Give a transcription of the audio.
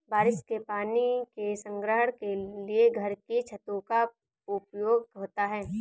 बारिश के पानी के संग्रहण के लिए घर की छतों का उपयोग होता है